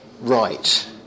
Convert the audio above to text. right